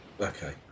Okay